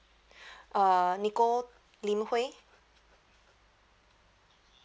uh nicole lin huey